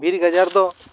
ᱵᱤᱨ ᱜᱟᱡᱟᱲ ᱫᱚ